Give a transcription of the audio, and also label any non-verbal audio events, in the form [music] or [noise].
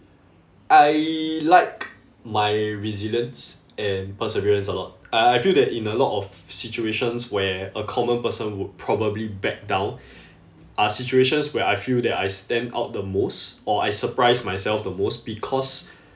I like my resilience and perseverance a lot I I feel that in a lot of situations where a common person would probably back down [breath] are situations where I feel that I stand out the most or I surprise myself the most because [breath]